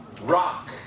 rock